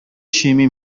شیمی